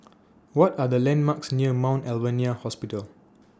What Are The landmarks near Mount Alvernia Hospital